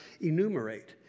enumerate